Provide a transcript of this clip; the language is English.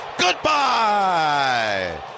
Goodbye